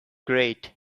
great